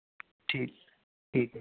ਠੀਕ ਠੀਕ ਹੈ ਜੀ